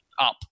up